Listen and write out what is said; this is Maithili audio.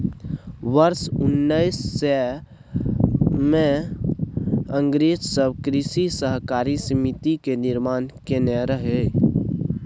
वर्ष उन्नैस सय मे अंग्रेज सब कृषि सहकारी समिति के निर्माण केने रहइ